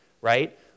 right